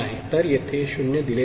तर येथे 0 दिले जाईल